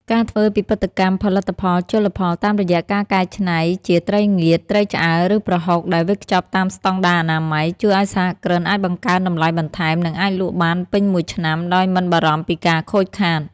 ការធ្វើពិពិធកម្មផលិតផលជលផលតាមរយៈការកែច្នៃជាត្រីងៀត ត្រីឆ្អើរ ឬប្រហុកដែលវេចខ្ចប់តាមស្ដង់ដារអនាម័យ ជួយឱ្យសហគ្រិនអាចបង្កើនតម្លៃបន្ថែម និងអាចលក់បានពេញមួយឆ្នាំដោយមិនបារម្ភពីការខូចខាត។